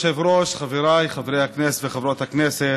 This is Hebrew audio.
כבוד היושב-ראש, חבריי חברי הכנסת וחברות הכנסת,